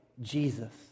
Jesus